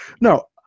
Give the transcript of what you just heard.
no